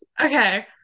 okay